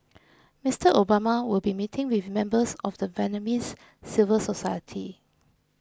Mister Obama will be meeting with members of the Vietnamese civil society